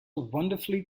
wonderfully